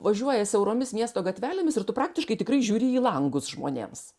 važiuoja siauromis miesto gatvelėmis ir tu praktiškai tikrai žiūri į langus žmonėms